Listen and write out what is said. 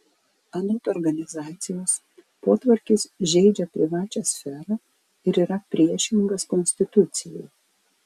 anot organizacijos potvarkis žeidžia privačią sferą ir yra priešingas konstitucijai